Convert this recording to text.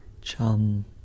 chum